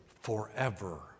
forever